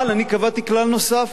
אבל אני קבעתי כלל נוסף,